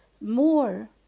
more